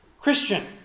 Christian